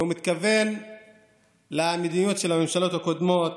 והוא מתכוון למדיניות של הממשלות הקודמות: